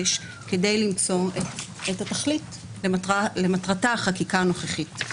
כדי למצוא את התכלית למטרת החקיקה הנוכחית.